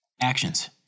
Actions